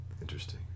interesting